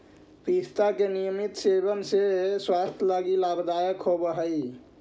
पिस्ता के नियमित सेवन स्वास्थ्य लगी लाभदायक होवऽ हई